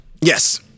Yes